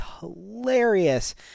hilarious